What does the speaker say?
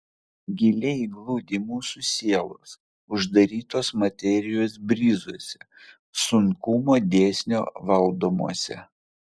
giliai glūdi mūsų sielos uždarytos materijos bryzuose sunkumo dėsnio valdomuose